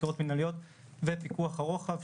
חקירות מנהליות ופיקוח הרוחב,